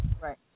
Right